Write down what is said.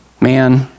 Man